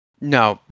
No